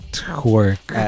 twerk